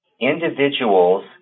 Individuals